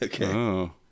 Okay